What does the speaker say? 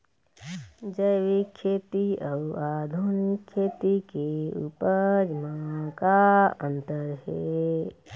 जैविक खेती अउ आधुनिक खेती के उपज म का अंतर हे?